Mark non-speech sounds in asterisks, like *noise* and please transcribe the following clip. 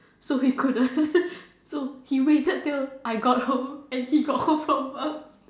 so *laughs* he couldn't so he waited till I got home and he got home from work